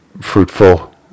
fruitful